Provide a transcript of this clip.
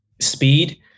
speed